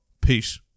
Peace